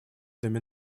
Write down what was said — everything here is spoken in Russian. доме